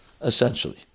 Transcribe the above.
essentially